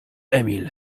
emil